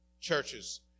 churches